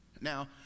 Now